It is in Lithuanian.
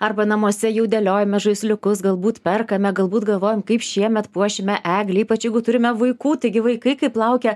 arba namuose jau dėliojame žaisliukus galbūt perkame galbūt galvojam kaip šiemet puošime eglę ypač jeigu turime vaikų taigi vaikai kaip laukia